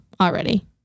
already